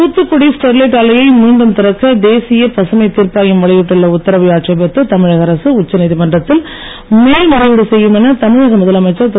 Thoothukudi Sterlite ஆலையை மீண்டும் திறக்க தேசிய பசுமைத் தீர்ப்பாயம் வெளியிட்டுள்ள உத்தரவை ஆட்சேபித்து தமிழக அரசு உச்ச நீதிமன்றத்தில் மேல் முறையீடு செய்யும் என தமிழக முதலமைச்சர் திரு